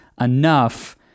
enough